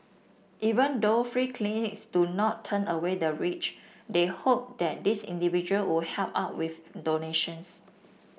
even though free clinics do not turn away the rich they hope that these individual would help out with donations